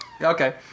okay